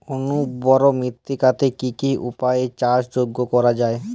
অনুর্বর মৃত্তিকাকে কি কি উপায়ে চাষযোগ্য করা যায়?